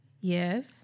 Yes